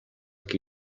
que